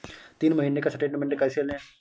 तीन महीने का स्टेटमेंट कैसे लें?